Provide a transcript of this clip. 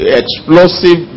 explosive